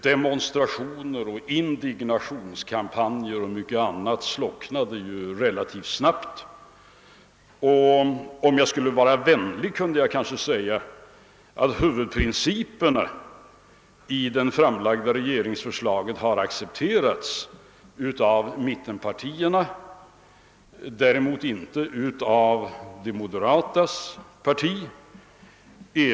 Demonstrationer, indignationskampanjer och mycket annat slocknade relativt snabbt. Om jag skall vara vänlig skulle jag kunna säga, att huvudprinciperna i det framlagda regeringsförslaget accepterats av mittenpartierna men inte av de moderatas parti.